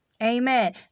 Amen